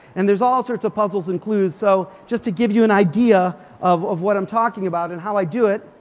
and there's all sorts of puzzles and clues. so just to give you an idea of of what i'm talking about and how i do it,